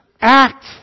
act